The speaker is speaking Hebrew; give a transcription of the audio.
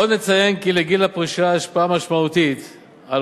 עוד נציין כי לגיל הפרישה השפעה משמעותית על